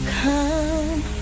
come